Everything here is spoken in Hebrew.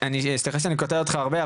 סליחה שאני קוטע אותך הרבה,